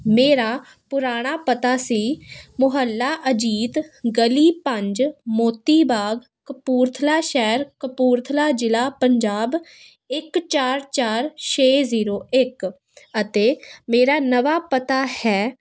ਮੇਰਾ ਪੁਰਾਣਾ ਪਤਾ ਸੀ ਮੁਹੱਲਾ ਅਜੀਤ ਗਲੀ ਪੰਜ ਮੋਤੀ ਬਾਗ ਕਪੂਰਥਲਾ ਸ਼ਹਿਰ ਕਪੂਰਥਲਾ ਜ਼ਿਲ੍ਹਾ ਪੰਜਾਬ ਇੱਕ ਚਾਰ ਚਾਰ ਛੇ ਜ਼ੀਰੋ ਇੱਕ ਅਤੇ ਮੇਰਾ ਨਵਾਂ ਪਤਾ ਹੈ